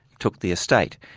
took the estate.